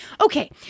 Okay